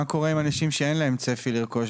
מה קורה עם אנשים שאין להם צפי לרכוש